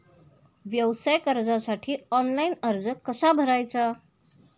व्यवसाय कर्जासाठी ऑनलाइन अर्ज कसा भरायचा?